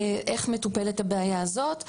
איך מטופלת הבעיה הזאת?